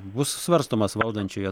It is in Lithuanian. bus svarstomas valdančiųjų